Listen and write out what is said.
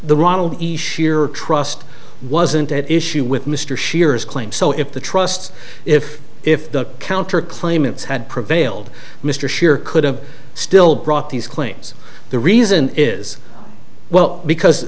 the ronald each shearer trust wasn't at issue with mr scheer's claim so if the trusts if if the counter claimants had prevailed mr scherer could have still brought these claims the reason is well because